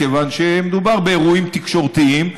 כיוון שמדובר באירועים תקשורתיים,